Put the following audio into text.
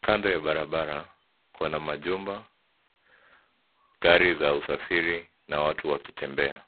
Kando ya barabara kuna majumba, gari za usafiri na watu wakitembea.